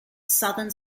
southern